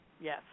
Yes